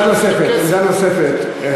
עמדה נוספת.